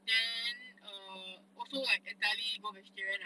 then err also like entirely go vegetarian lah